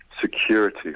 security